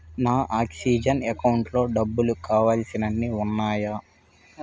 మా oxygen account లో డబ్బులు కావలసినన్ని ఉన్నాయా